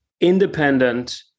independent